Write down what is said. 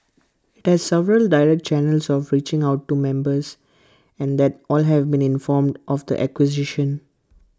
IT has several direct channels of reaching out to members and that all have been informed of the acquisition